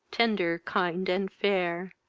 tender, kind, and fair!